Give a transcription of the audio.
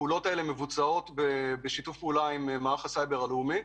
הפעולות מבוצעות בשיתוף פעולה עם מערך הסייבר הלאומי.